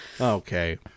Okay